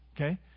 Okay